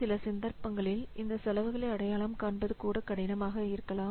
சில சந்தர்ப்பங்களில் இந்த செலவுகளை அடையாளம் காண்பது கூட கடினமாக இருக்கலாம்